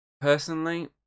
personally